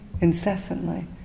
incessantly